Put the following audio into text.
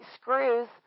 screws